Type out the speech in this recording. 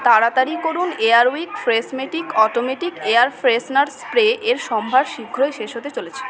তাড়াতাড়ি করুন Air Wick Freshmatic automatic air freshener spray এর সম্ভার শীঘ্রই শেষ হতে চলেছে